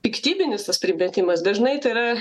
piktybinis tas primetimas dažnai tai yra